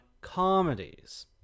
comedies